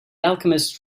alchemist